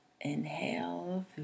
inhale